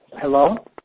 Hello